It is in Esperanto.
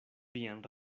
vian